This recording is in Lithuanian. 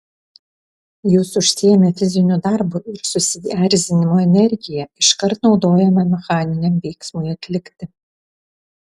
jūs užsiėmę fiziniu darbu ir susierzinimo energija iškart naudojama mechaniniam veiksmui atlikti